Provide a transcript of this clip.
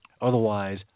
Otherwise